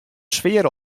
sfear